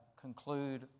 conclude